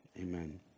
Amen